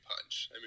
punch